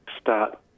start